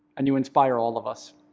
and you inspire all of us.